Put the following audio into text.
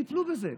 טיפלו בזה.